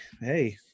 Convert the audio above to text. hey